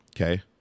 okay